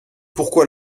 pourquoi